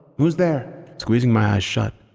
who's there? squeezing my eyes shut,